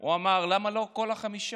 אמר: למה לא כל החמש?